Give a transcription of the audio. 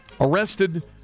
arrested